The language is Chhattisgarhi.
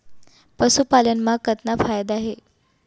पशुपालन मा कतना फायदा हे?